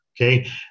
Okay